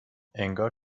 انگار